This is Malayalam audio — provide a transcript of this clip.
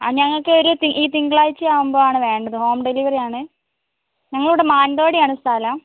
ഞങ്ങൾക്ക് ഈ തിങ്കളാഴ്ച്ച ആകുമ്പോൾ ആണ് വേണ്ടത് ഹോം ഡെലിവറി ആണ് ഞങ്ങൾ ഇവിടെ മാനന്തവാടി ആണ് സ്ഥലം